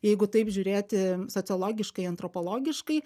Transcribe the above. jeigu taip žiūrėti sociologiškai antropologiškai